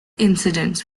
incidents